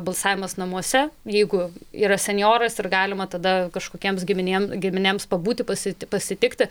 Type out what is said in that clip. balsavimas namuose jeigu yra senjoras ir galima tada kažkokiems giminėm giminėms pabūti pasi pasitikti